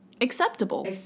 acceptable